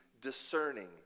discerning